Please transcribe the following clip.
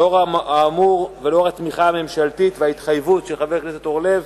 לאור האמור ולאור התמיכה הממשלתית וההתחייבות של חבר הכנסת אורלב,